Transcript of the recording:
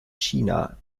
china